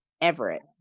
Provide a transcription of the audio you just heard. Everett